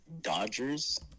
Dodgers